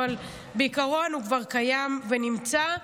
אבל בעיקרון הוא כבר קיים ונמצא.